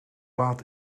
laat